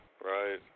right